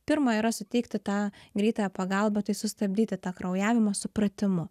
pirma yra suteikti tą greitąją pagalbą tai sustabdyti tą kraujavimą supratimu